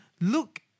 look